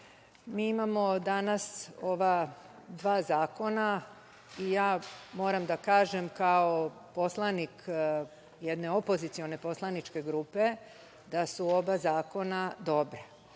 mi imamo danas ova dva zakona i moram da kažem, kao poslanik jedne opozicione poslaničke grupe, da su oba zakona dobra.